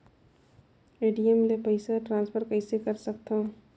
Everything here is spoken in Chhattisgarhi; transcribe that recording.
ए.टी.एम ले पईसा ट्रांसफर कइसे कर सकथव?